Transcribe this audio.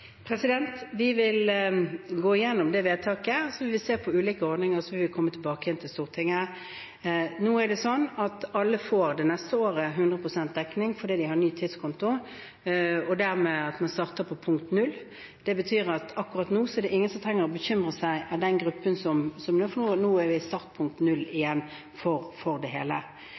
Vi vil gå gjennom det vedtaket, og så vil vi se på ulike ordninger og komme tilbake til Stortinget. Nå er det slik at alle får 100 pst. dekning det neste året fordi de har ny tidskonto og dermed starter på punkt null. Det betyr at akkurat nå er det ingen i den gruppen som trenger å bekymre seg, for nå starter vi på punkt null igjen. Vi vil se på de ulike delene av dette. Vedtaket i Stortinget er ikke spesifikt, men det